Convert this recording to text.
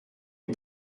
est